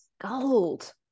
Gold